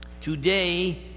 Today